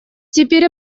теперь